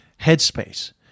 Headspace